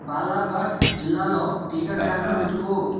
బాలాఘాట్ జిల్లాలో టీకా కేంద్రం వెతుకు